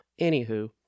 Anywho